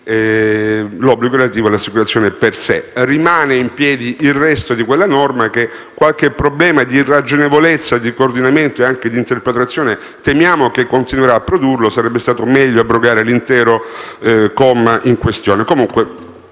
all'obbligo di contrarre l'assicurazione. Rimane in piedi il resto di quella norma, che qualche problema di irragionevolezza, di coordinamento e anche di interpretazione temiamo continuerà a produrlo; sarebbe stato meglio abrogare l'intero comma in questione.